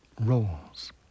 roles